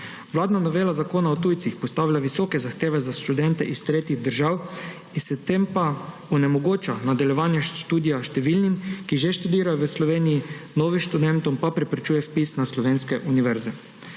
Vladna novela Zakona o tujcih postavlja visoke zahteve za študente iz tretjih držav, s tem pa onemogoča nadaljevanje študija številnim, ki že študirajo v Sloveniji, novim študentom pa preprečuje vpis na slovenske univerze.